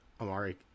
Amari